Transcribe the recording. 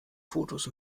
fotos